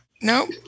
Nope